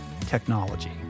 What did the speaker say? technology